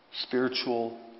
spiritual